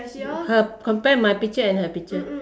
her compare my picture and her picture